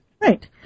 Right